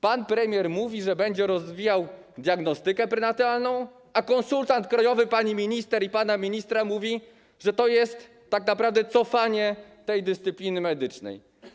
Pan premier mówi, że będzie rozwijał diagnostykę prenatalną, a konsultant krajowy pani minister i pana ministra mówi, że to jest tak naprawdę cofanie tej dyscypliny medycznej.